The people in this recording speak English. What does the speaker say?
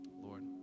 Lord